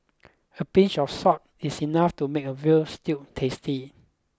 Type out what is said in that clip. a pinch of salt is enough to make a veal stew tasty